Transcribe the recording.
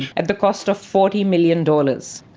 at the cost of forty million dollars?